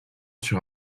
sur